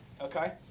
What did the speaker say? okay